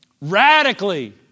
Radically